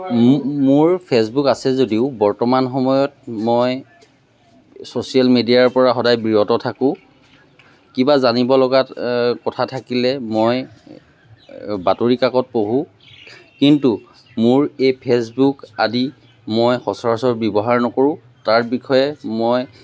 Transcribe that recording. মোৰ ফেচবুক আছে যদিও বৰ্তমান সময়ত মই ছ'চিয়েল মিডিয়াৰ পৰা সদায় বিৰত থাকোঁ কিবা জানিব লগাত কথা থাকিলে মই বাতৰি কাকত পঢ়ো কিন্তু মোৰ এই ফেচবুক আদি মই সচৰাচৰ ব্যৱহাৰ নকৰোঁ তাৰ বিষয়ে মই